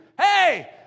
Hey